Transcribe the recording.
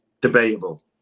Debatable